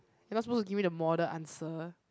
because who to give me the model answer